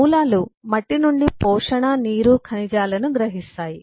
మూలాలు మట్టి నుండి పోషణ నీరు ఖనిజాలను గ్రహిస్తాయి